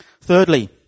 Thirdly